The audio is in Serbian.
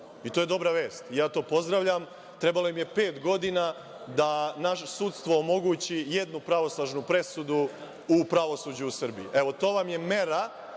To je dobra vest i ja to pozdravljam. Trebalo im je pet godina da naše sudstvo omogući jednu pravosnažnu presudu u pravosuđu u Srbiji. To vam je mera